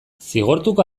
zigortuko